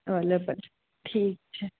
ٹھیٖک چھِ